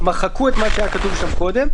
מחקו את מה שהיה כתוב שם קודם,